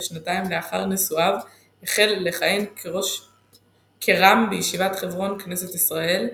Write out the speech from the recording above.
ושנתיים לאחר נישואיו החל לכהן כר"מ בישיבת חברון כנסת ישראל,